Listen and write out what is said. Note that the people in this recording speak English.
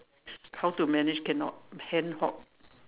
how to manage cannot hand hot